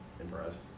impressed